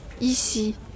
Ici